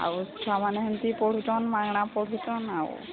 ଆଉ ଛୁଆମାନେ ହେମିତି ପଢ଼ୁଚନ୍ ମାଗଣା ପଢ଼ୁଚନ୍ ଆଉ